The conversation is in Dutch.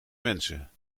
mensen